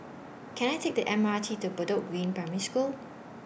Can I Take The M R T to Bedok Green Primary School